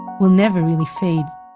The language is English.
will never really fade.